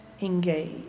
engage